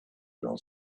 girl